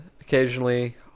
occasionally